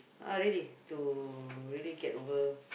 ah really to really get over